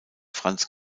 franz